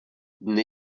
dny